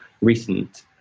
recent